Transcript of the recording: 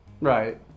right